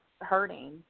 hurting